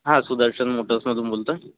हां सुदर्शन मोटर्समधून बोलत आहे